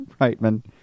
Reitman